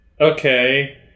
Okay